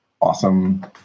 awesome